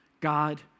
God